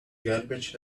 garbage